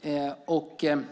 den.